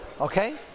Okay